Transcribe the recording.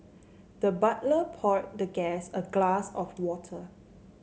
the butler poured the guest a glass of water